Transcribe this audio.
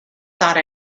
thought